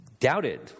Doubted